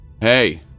Hey